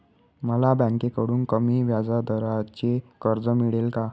मला बँकेकडून कमी व्याजदराचे कर्ज मिळेल का?